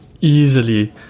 easily